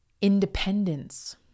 Independence